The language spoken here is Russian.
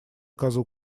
козу